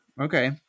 Okay